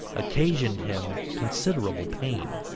occasioned him considerable pain.